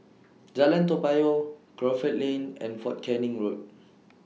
Jalan Toa Payoh Crawford Lane and Fort Canning Road